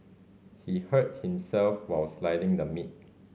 he hurt himself while slicing the meat